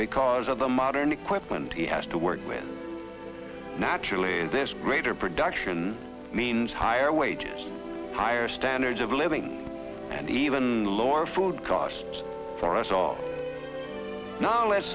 because of the modern equipment he has to work with naturally and this greater production means higher wages higher standards of living and even lower food costs for us all now let's